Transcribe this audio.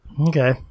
Okay